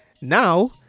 Now